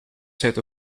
set